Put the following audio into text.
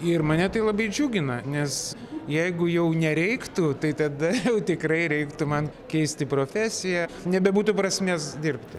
ir mane tai labai džiugina nes jeigu jau nereiktų tai tada jau tikrai reiktų man keisti profesiją nebebūtų prasmės dirbti